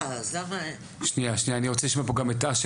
אני רוצה לשמוע פה גם את האשם